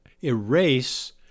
erase